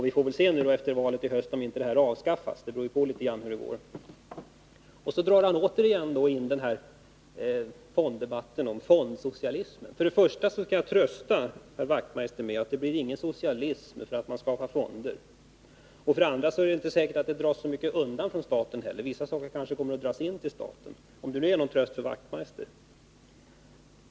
Vi får se efter valet i höst om inte de här Sedan drar Knut Wachtmeister återigen upp debatten om fondsocialismen. För det första kan jag trösta Knut Wachtmeister med att det blir ingen socialism för att man skapar fonder. För det andra är det inte säkert att staten undandras så mycket pengar i skatteinkomster. Vissa medel kanske kommer att dras in till staten, om det nu är någon tröst för Knut Wachtmeister.